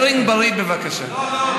הרינג בריא, בבקשה.